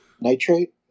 Nitrate